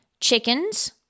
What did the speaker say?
chickens